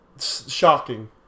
shocking